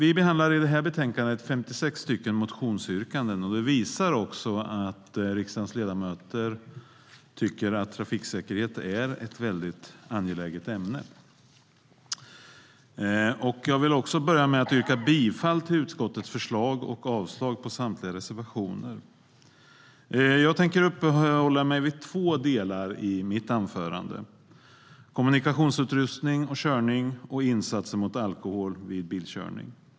I betänkandet behandlas 56 motionsyrkanden, vilket visar att riksdagens ledamöter tycker att trafiksäkerhet är ett angeläget ämne. Jag yrkar bifall till utskottets förslag och avslag på samtliga reservationer. Jag tänker uppehålla mig vid två delar i mitt anförande: kommunikationsutrustning och körning respektive insatser mot alkohol vid bilkörning.